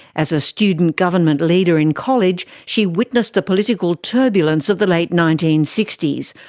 as a student government leader in college she witnessed the political turbulence of the late nineteen sixty s,